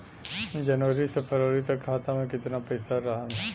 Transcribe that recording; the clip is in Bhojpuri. जनवरी से फरवरी तक खाता में कितना पईसा रहल?